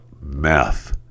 meth